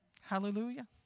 Hallelujah